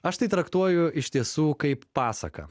aš tai traktuoju iš tiesų kaip pasaką